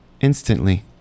Instantly